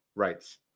rights